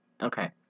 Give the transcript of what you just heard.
Okay